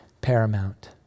paramount